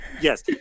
Yes